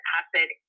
acid